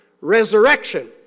resurrection